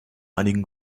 einigen